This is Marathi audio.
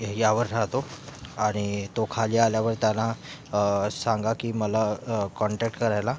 यावर राहतो आणि तो खाली आल्यावर त्याला सांगा की मला कॉन्टॅक्ट करायला